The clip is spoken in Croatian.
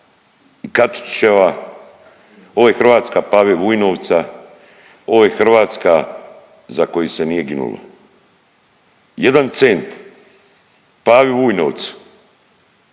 i Katičićeva ovo je Hrvatska Pave Vujnovca, ovo je Hrvatska za koju se nije ginulo. Jedan cent Pavi Vujnovcu,